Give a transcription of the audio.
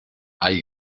hay